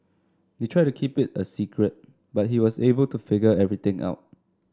they tried to keep it a secret but he was able to figure everything out